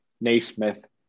Naismith